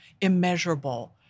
immeasurable